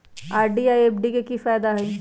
RD आ FD के कि फायदा हई?